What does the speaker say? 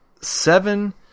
seven